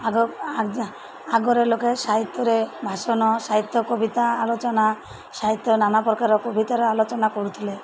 ଆଗ ଆଗରେ ଲୋକେ ସାହିତ୍ୟରେ ଭାଷନ ସାହିତ୍ୟ କବିତା ଆଲୋଚନା ସାହିତ୍ୟ ନାନାପ୍ରକାର କବିତାର ଆଲୋଚନା କରୁଥିଲେ